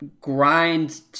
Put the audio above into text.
grind